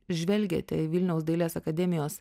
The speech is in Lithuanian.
žvelgiate į vilniaus dailės akademijos